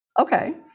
okay